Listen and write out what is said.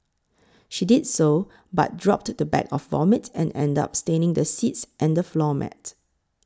she did so but dropped the bag of vomit and ended up staining the seats and the floor mat